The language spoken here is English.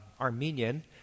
Armenian